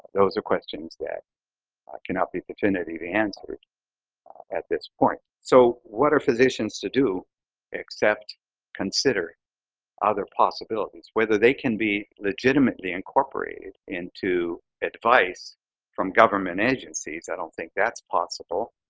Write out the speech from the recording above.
those are questions that cannot be opportunity to answer at this point. so what are physicians to do except consider other possibilities, whether they can be legitimately incorporated into advice from government agencies, i don't think that's possible.